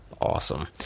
Awesome